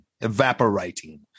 evaporating